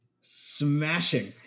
Smashing